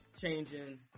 changing